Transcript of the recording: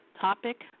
topic